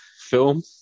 film